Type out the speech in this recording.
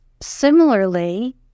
Similarly